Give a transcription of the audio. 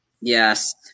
Yes